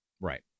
Right